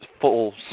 full